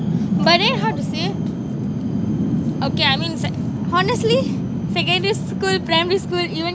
but then how to say okay I mean sec~ honestly secondary school primary school even